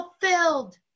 fulfilled